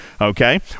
okay